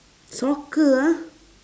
soccer ah